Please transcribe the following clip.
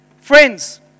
Friends